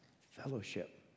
fellowship